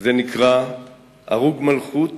זה נקרא "הרוג מלכות